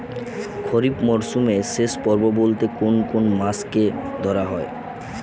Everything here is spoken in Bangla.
খরিপ মরসুমের শেষ পর্ব বলতে কোন কোন মাস কে ধরা হয়?